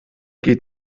geht